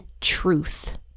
truth